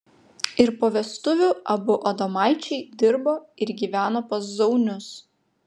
ir po vestuvių abu adomaičiai dirbo ir gyveno pas zaunius